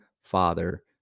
father